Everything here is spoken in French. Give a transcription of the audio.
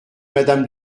madame